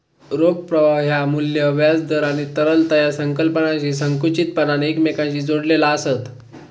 रोख प्रवाह ह्या मू्ल्य, व्याज दर आणि तरलता या संकल्पनांशी संकुचितपणान एकमेकांशी जोडलेला आसत